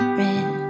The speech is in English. red